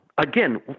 Again